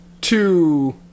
two